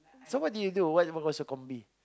so what do you do what what's your combi